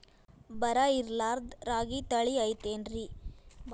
ಬರ ಇರಲಾರದ್ ರಾಗಿ ತಳಿ ಐತೇನ್ರಿ?